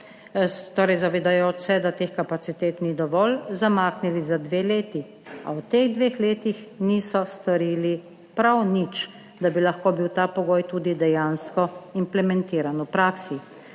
znanja slovenskega jezika, ni dovolj, zamaknili za dve leti, a v teh dveh letih niso storili prav nič, da bi lahko bil ta pogoj tudi dejansko implementiran v praksi.